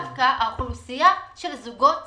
-- ודווקא האוכלוסייה של זוגות צעירים,